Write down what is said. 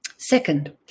Second